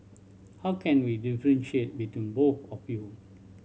how can we differentiate between both of you